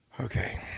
Okay